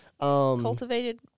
Cultivated